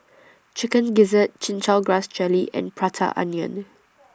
Chicken Gizzard Chin Chow Grass Jelly and Prata Onion